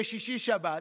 ושישי-שבת,